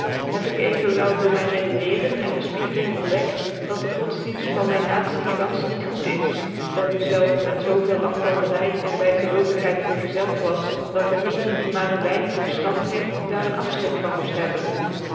heb ik evenwel door myn rcdcnccrcn en beregeling ontdekt dit de godsdienit van myn natie gantfeh niet goct is dat dezelve met zoo veel afgodcry en bygclovighcid vcrzcld was dat een ieder die maar een weinig vcrfland heeft daar een affchrik van moeft hebben